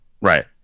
right